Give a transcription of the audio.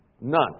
None